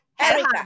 Erica